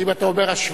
כי אם אתה אומר השוואה,